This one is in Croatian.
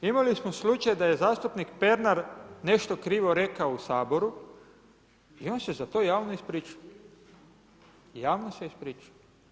Imali smo slučaj da je zastupnik Pernar nešto krivo rekao u Saboru i on se za to javno ispričao, javno se ispričao.